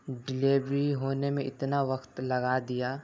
delivery ہونے میں اتنا وقت لگا دیا